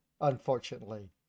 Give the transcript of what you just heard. unfortunately